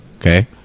Okay